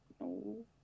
no